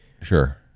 sure